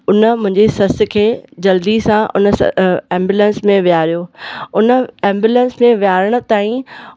उन मुंहिंजी ससु खे जल्दी सां उन एम्बुलेंस में वेहारियो उन एम्बुलेंस में विहारण ताईं